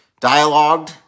dialogued